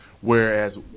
whereas